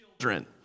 children